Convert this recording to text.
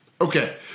Okay